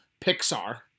Pixar